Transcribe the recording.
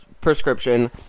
prescription